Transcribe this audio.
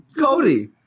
Cody